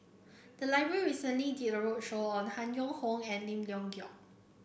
the library recently did a roadshow on Han Yong Hong and Lim Leong Geok